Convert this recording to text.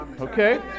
Okay